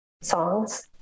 songs